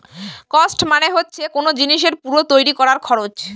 cost মানে হচ্ছে কোন জিনিসের পুরো তৈরী করার খরচ